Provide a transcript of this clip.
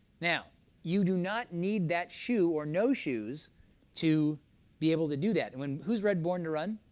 now you do not need that shoe or no shoes to be able to do that. and who's read born to run,